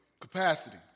capacity